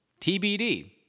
TBD